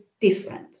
different